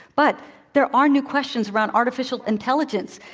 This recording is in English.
but there are new questions around artificial intelligence.